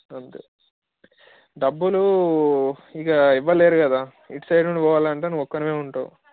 అంతే డబ్బులు ఇక ఎవ్వరు లేరు కదా ఇటు సైడ్ నుండి పోవాలంటే నువ్వు ఒక్కనివే ఉంటావు